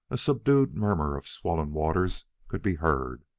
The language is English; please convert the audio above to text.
a subdued murmur of swollen waters could be heard.